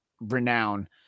renown